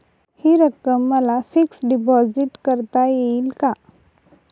हि रक्कम मला फिक्स डिपॉझिट करता येईल का?